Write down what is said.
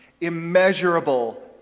immeasurable